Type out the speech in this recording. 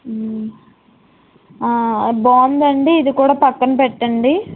బాగుందండి ఇది కూడా పక్కన పెట్టండి